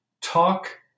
Talk